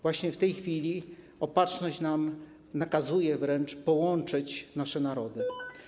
Właśnie w tej chwili Opatrzność nam nakazuje wręcz połączyć nasze narody.